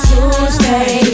Tuesday